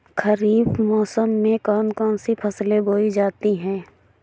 खरीफ मौसम में कौन कौन सी फसलें बोई जाती हैं?